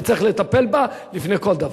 וצריך לטפל בה לפני כל דבר.